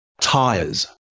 tires